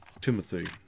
Timothy